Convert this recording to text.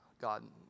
God